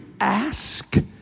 ask